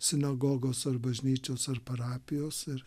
sinagogos ar bažnyčios ar parapijos ir